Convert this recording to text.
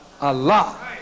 Allah